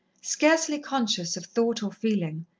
scarcely conscious of thought or feeling,